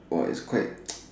!wah! it's quite